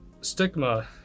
stigma